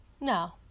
No